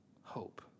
hope